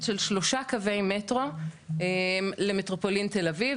של שלושה קווי מטרו למטרופולין תל אביב,